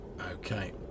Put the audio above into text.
Okay